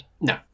No